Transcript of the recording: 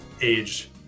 age